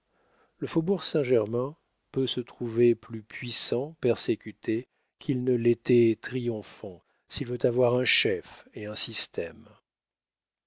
le faubourg saint-germain peut se trouver plus puissant persécuté qu'il ne l'était triomphant s'il veut avoir un chef et un système